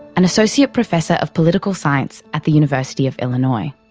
an associate professor of political science at the university of illinois.